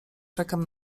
czekam